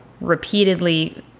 repeatedly